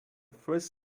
first